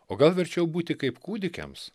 o gal verčiau būti kaip kūdikiams